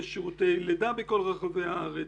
יש שירותי לידה בכל רחבי הארץ,